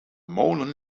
molen